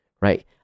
right